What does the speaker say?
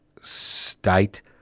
State